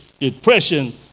depression